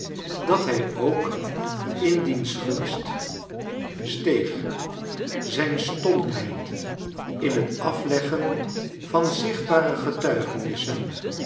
dat hij ook ia dieas gunsfc charles dickens steeg zijn stompheid in het afleggen van zichtbare getuigenissen